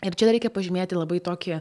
ir čia dar reikia pažymėti labai tokį šiaip